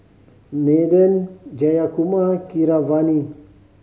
Nathan Jayakumar Keeravani